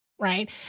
right